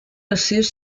received